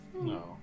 No